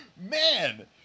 Man